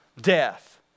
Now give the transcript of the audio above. death